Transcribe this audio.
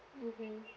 mmhmm